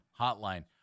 Hotline